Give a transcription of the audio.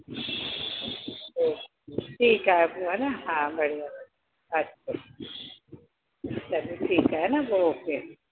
okay ठीकु आहे पोइ हान हा बढ़िया अच्छा चलो ठीकु आहे न पोइ ओके